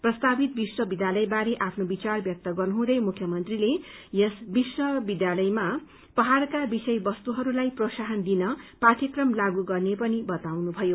प्रस्तावित विश्वविद्यालय बारे आफ्नो विचार व्यक्त गर्नुहुदै मुख्यमन्त्रीले यस विश्वविद्यालयमा पहाइका विषयवस्तुहरूलाई प्रोत्साहन दिन पाठयक्रम लागू गर्ने पनि बताउनु भयो